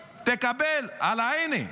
תקבל, עלא עיני,